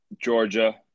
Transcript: Georgia